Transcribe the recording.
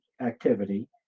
activity